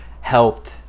helped